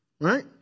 right